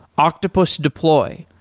octopus deploy,